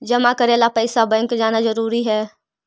जमा करे ला पैसा बैंक जाना जरूरी है?